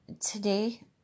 Today